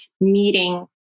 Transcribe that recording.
meeting